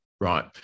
Right